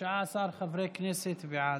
19 חברי כנסת בעד.